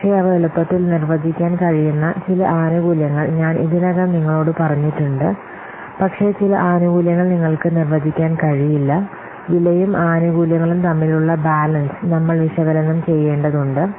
പക്ഷേ അവ എളുപ്പത്തിൽ നിർവചിക്കാൻ കഴിയുന്ന ചില ആനുകൂല്യങ്ങൾ ഞാൻ ഇതിനകം നിങ്ങളോട് പറഞ്ഞിട്ടുണ്ട് പക്ഷേ ചില ആനുകൂല്യങ്ങൾ നിങ്ങൾക്ക് നിർവ്വചിക്കാൻ കഴിയില്ല വിലയും ആനുകൂല്യങ്ങളും തമ്മിലുള്ള ബാലൻസ് നമ്മൾ വിശകലനം ചെയ്യേണ്ടതുണ്ട്